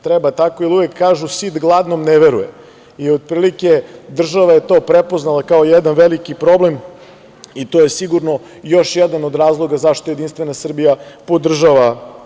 Treba tako, jer uvek kažu „sit gladnom ne veruje“ i otprilike država je to prepoznala kao jedan veliki problem i to je sigurno još jedan od razloga zašto JS podržava ove zakone.